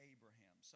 Abraham